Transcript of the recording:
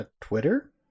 Twitter